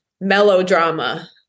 melodrama